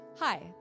Hi